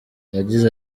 yagize